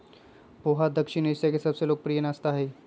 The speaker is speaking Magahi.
पोहा दक्षिण एशिया के सबसे लोकप्रिय नाश्ता हई